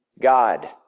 God